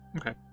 Okay